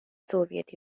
soviet